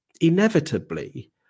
Inevitably